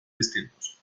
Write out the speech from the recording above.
distintos